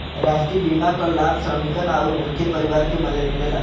राष्ट्रीय बीमा क लाभ श्रमिकन आउर उनके परिवार के मिलेला